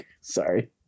Sorry